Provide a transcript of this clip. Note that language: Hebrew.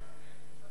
לא